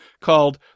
called